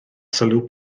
sylw